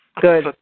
Good